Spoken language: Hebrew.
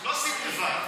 את לא עשית לבד.